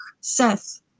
seth